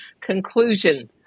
conclusion